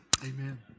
Amen